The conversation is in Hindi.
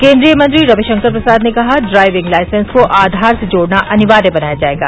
केंद्रीय मंत्री रविशंकर प्रसाद ने कहा ड्राइविंग लाईसेंस को आधार से जोड़ना अनिवार्य बनाया जाएगा